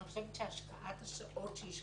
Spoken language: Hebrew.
אני חושבת שהשקעת השעות שהשקעת